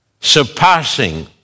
Surpassing